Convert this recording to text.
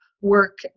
work